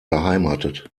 beheimatet